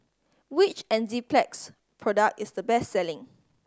which Enzyplex product is the best selling